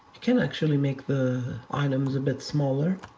can actually make the items a bit smaller.